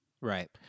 Right